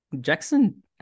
Jackson